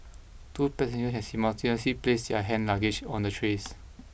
two passengers can simultaneously place their hand luggage on the trays